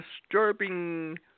disturbing